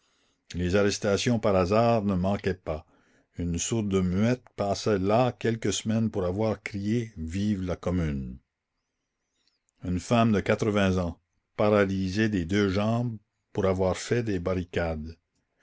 les arrestations par hasard ne manquaient pas une sourde muette passa là quelques semaines pour avoir crié vive la commune une femme de quatre-vingts ans paralysée des deux jambes pour avoir fait des barricades